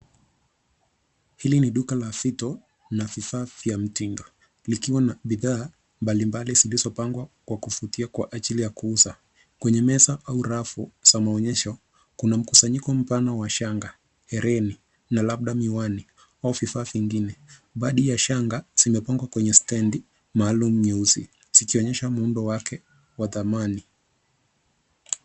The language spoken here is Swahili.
Hili ni duka la fito na vifaa vya mtindo vikiwa na bidhaa mbalimbali zilizopangwa kwa kuvutia kwa ajili ya kuuzwa. Kwenye meza au rafu za maonyesho kuna mkusanyiko mpana wa shanga, hereni na labda miwani au vifaa vingine. Badi ya shanga zimepangwa kwenye stendi maalum nyeusi zikionyesha muundo wake wa dhamani.